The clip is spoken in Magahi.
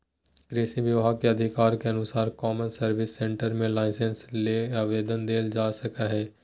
कृषि विभाग के अधिकारी के अनुसार कौमन सर्विस सेंटर मे लाइसेंस ले आवेदन देल जा सकई हई